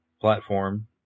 platform